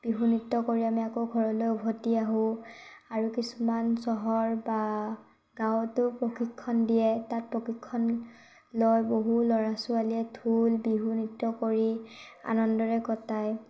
বিহু নৃত্য কৰি আমি আকৌ ঘৰলৈ উভতি আহোঁ আৰু কিছুমান চহৰ বা গাঁৱতো প্ৰশিক্ষণ দিয়ে তাত প্ৰশিক্ষণ লয় বহু ল'ৰা ছোৱালীয়ে ঢোল বিহু নৃত্য কৰি আনন্দৰে কটায়